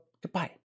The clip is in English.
Goodbye